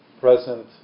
present